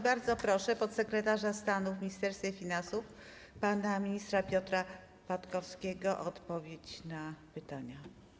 Bardzo proszę podsekretarza stanu w Ministerstwie Finansów pana ministra Piotra Patkowskiego o odpowiedź na pytania.